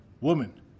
woman